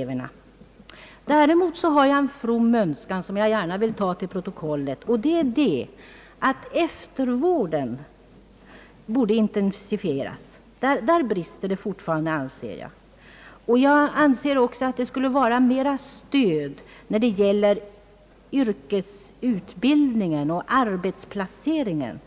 Jag har däremot en from önskan, som jag gärna vill ta till protokollet, nämligen att eftervården borde intensifieras. Där finns det fortfarande brister. Jag anser därför att det skulle behövas mera stöd beträffande yrkesutbildningen och arbetsplaceringen